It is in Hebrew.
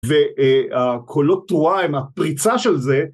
והקולות תרועה הם הפריצה של זה